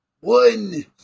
One